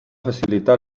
facilitar